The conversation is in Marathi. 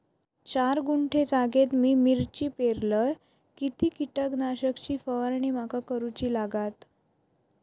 चार गुंठे जागेत मी मिरची पेरलय किती कीटक नाशक ची फवारणी माका करूची लागात?